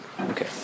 Okay